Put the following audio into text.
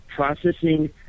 processing